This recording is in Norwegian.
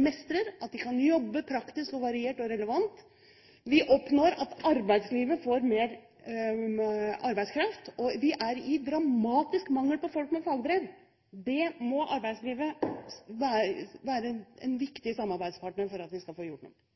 mestrer, at de kan jobbe praktisk, variert og relevant. Vi oppnår at arbeidslivet får mer arbeidskraft. Vi har en dramatisk mangel på folk med fagbrev. Arbeidslivet må være en viktig samarbeidspartner for at vi skal få gjort noe med det.